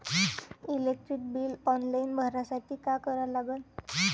Electric bill online भरासाठी का करा लागन?